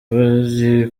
bari